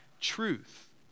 truth